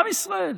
עם ישראל,